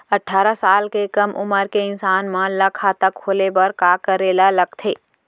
अट्ठारह साल से कम उमर के इंसान मन ला खाता खोले बर का करे ला लगथे?